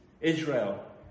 Israel